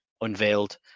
unveiled